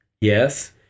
yes